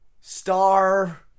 star